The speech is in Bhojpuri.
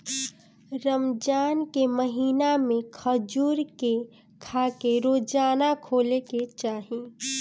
रमजान के महिना में खजूर के खाके रोज़ा खोले के चाही